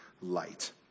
light